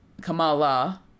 kamala